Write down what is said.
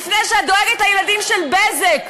לפני שאת דואגת לילדים של עובדי "בזק".